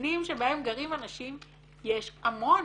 מבנים שבהם גרים אנשים, יש המון.